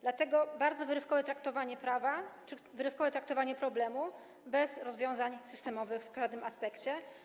Dlatego jest to bardzo wyrywkowe traktowanie prawa, wyrywkowe traktowanie problemu bez rozwiązań systemowych w każdym aspekcie.